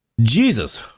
Jesus